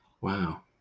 Wow